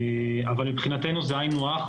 אבל מבחינתנו זה היינו הך.